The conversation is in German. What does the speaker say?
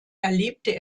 erlebte